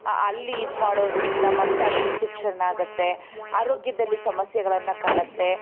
ಅಲ್ಲಿ ಇದು ಮಾಡೋದರಿಂದ ಮತ್ತು ಅದು ಇನ್ಫೆಕ್ಷನ್ ಆಗುತ್ತೆ ಆರೋಗ್ಯದಲ್ಲಿ ಸಮಸ್ಯೆಗಳನ್ನು ಕಾಡುತ್ತೆ